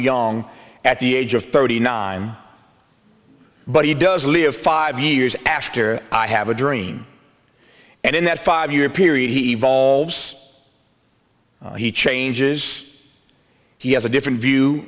young at the age of thirty nine but he does live five years after i have a dream and in that five year period he evolves he changes he has a different view